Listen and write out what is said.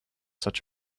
such